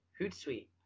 Hootsuite